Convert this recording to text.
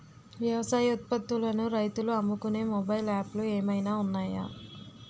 వ్యవసాయ ఉత్పత్తులను రైతులు అమ్ముకునే మొబైల్ యాప్ లు ఏమైనా ఉన్నాయా?